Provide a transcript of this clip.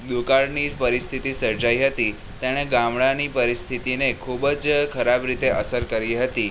દુકાળની પરિસ્થિતિ સર્જાય હતી તેને ગામડાંની પરિસ્થિતિને ખૂબ જ ખરાબ રીતે અસર કરી હતી